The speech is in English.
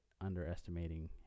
underestimating